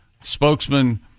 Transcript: Spokesman